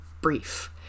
brief